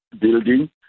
building